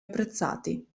apprezzati